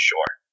Sure